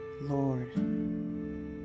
Lord